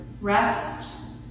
rest